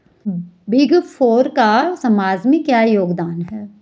Big four का समाज में क्या योगदान है?